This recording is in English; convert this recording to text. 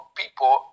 people